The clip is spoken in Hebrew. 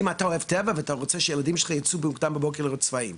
אם אתה אוהב טבע ואתה רוצה שהילדים שלך ייצאו מוקדם בבוקר לראות צבאים,